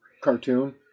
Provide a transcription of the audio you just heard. cartoon